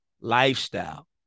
lifestyle